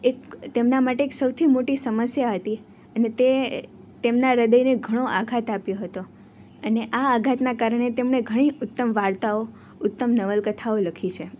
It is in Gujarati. એક તેમના માટે એક સૌથી મોટી સમસ્યા હતી અને તે તેમના હૃદયને ઘણો આઘાત આપ્યો હતો અને આ આઘાતનાં કારણે તેમણે ઘણી ઉત્તમ વાર્તાઓ ઉત્તમ નવલકથાઓ લખી છે